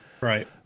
Right